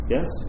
Yes